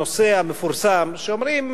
הנושא המפורסם שאומרים,